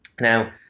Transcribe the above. now